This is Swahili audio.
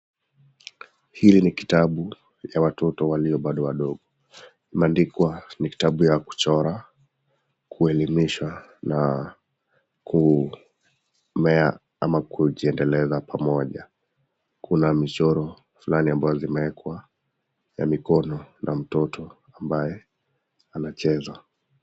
Hili ni kitabu ya watoto walio bado wadogo, imeandikwa ni kitabu ya kuchora ,kuelimisha na kumea ama kujiendeleza pamoja. Kuna michoro fulani ambazo zimeekwa ya mikono na mtoto ambaye anacheza.